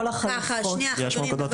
מצוינת.